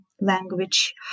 language